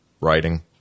writing